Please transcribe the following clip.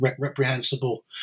reprehensible